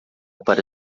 para